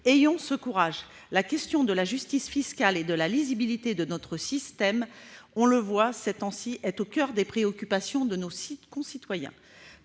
Ayons ce courage ! La question de la justice fiscale et de la lisibilité de notre système, on le voit ces temps-ci, est au coeur des soucis de nos concitoyens.